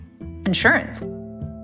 insurance